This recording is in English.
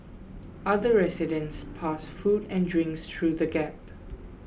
other residents passed food and drinks through the gap